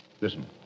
Listen